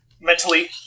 Mentally